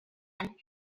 and